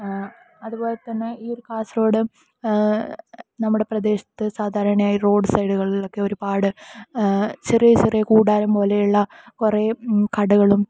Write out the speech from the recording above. അതുപോലെതന്നെ ഈ ഒര് കാസർഗോഡ് നമ്മുടെ പ്രദേശത്ത് സാധാരണയായി റോഡ് സൈഡുകളിലൊക്കെ ഒരുപാട് ചെറിയ ചെറിയ കൂടാരം പോലെയുള്ള കുറെ കടകളും